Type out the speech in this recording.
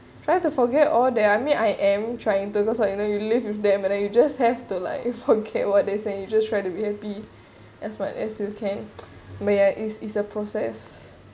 try to forget all the I mean I am trying to because like you know you live with them and then you just have to like you forget what they say you just try to be happy as much as you can but ya it's a process